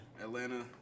Atlanta